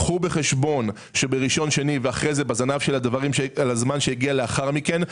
קחו בחשבון שבראשון-שני ובזמן שהגיע לאחר מכן,